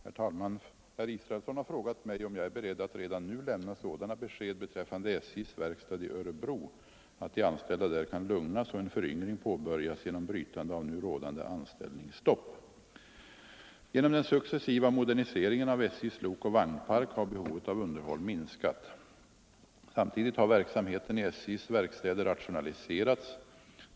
Herr talman! Herr Israelsson har frågat mig om jag är beredd att redan nu lämna sådana besked beträffande SJ:s verkstad i Örebro att de anställda där kan lugnas och en föryngring påbörjas genom brytande av nu rådande anställningsstopp. Genom den successiva moderniseringen av SJ:s lokoch vagnpark har behovet av underhåll minskat. Samtidigt har verksamheten i SJ:s verkstäder rationaliserats.